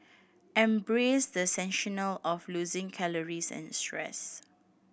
embrace the sensation of losing calories and stress